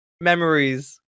Memories